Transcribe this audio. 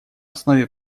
основе